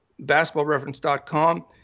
basketballreference.com